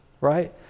right